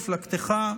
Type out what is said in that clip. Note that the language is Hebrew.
מפלגתך,